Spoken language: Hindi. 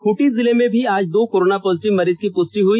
खूंटी जिले में भी आज दो कोरोना पॉजिटिव मरीज की पुष्टि हुई